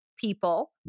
people